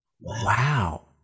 Wow